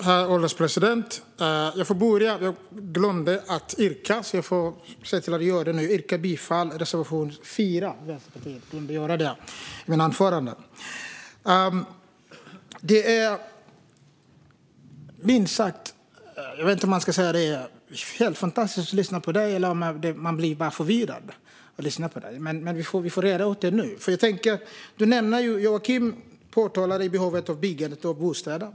Herr ålderspresident! Jag glömde att yrka bifall när jag höll mitt anförande. Därför vill jag nu yrka bifall till Vänsterpartiets reservation 4. Jag vet inte om det är helt fantastiskt att lyssna på Joakim Järrebring, eller om jag bara blir förvirrad. Vi får reda ut det nu. Joakim Järrebring pekade på behovet av att bygga bostäder.